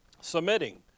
Submitting